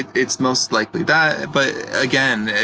it's most likely that, but again,